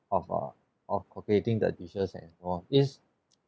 of uh of calculating the dishes and so on is